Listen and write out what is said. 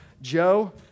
Joe